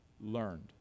learned